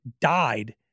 died